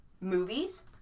movies